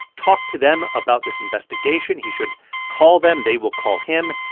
talk to them about this investigation. he should call them. they will call him,